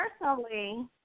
personally